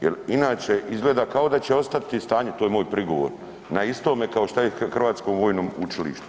Jel inače izgleda kao da će ostati stanje, to je moj prigovor, na istome kao što je Hrvatskom vojnom učilištu.